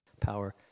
power